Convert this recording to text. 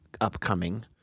upcoming